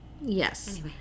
Yes